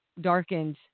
darkened